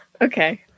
Okay